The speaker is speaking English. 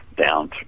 down